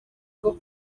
bwo